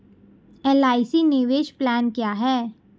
LIC निवेश plan क्या है?